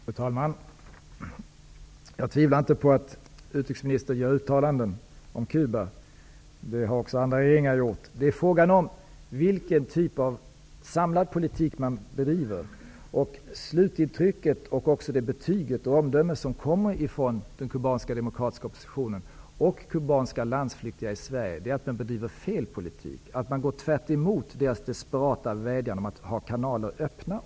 Fru talman! Jag tvivlar inte på att utrikesministern gör uttalanden om Cuba. Det har andra regeringar också gjort. Det är fråga om vilken typ av samlad politik som bedrivs. Slutintrycket, betyget och omdömen från den kubanska demokratiska oppositionen och kubanska landsflyktingar i Sverige är att man bedriver fel politik. Man går tvärtemot deras desperata vädjan om att ha kanaler öppna.